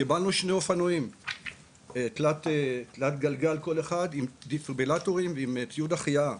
קיבלנו שני אופנועי תלת גלגל כל אחד עם דפיברילטורים ועם ציוד החייאה.